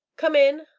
come in!